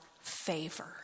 favor